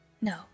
No